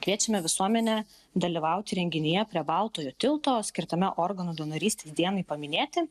kviečiame visuomenę dalyvauti renginyje prie baltojo tilto skirtame organų donorystės dienai paminėti